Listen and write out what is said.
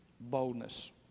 boldness